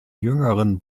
jüngeren